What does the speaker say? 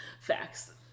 Facts